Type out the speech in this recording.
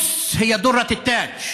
(אומר דברים בשפה הערבית,